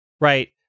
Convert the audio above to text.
right